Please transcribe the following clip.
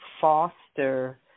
foster